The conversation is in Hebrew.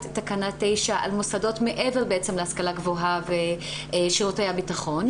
תקנה 9 על מוסדות מעבר להשכלה גבוהה ושירותי הבטחון.